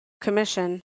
commission